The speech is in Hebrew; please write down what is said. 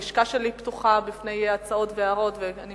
הלשכה שלי פתוחה בפני הצעות והערות בעניין,